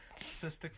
cystic